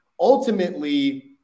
Ultimately